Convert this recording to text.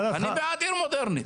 אני בעד עיר מודרנית.